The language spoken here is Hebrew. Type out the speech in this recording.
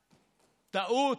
טעות,